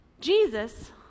Jesus